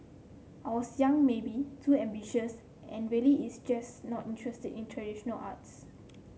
I was young maybe too ambitious and really is just not interested in traditional arts